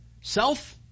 Self-